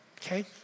okay